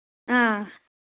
آ